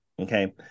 Okay